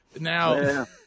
Now